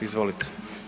Izvolite.